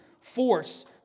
force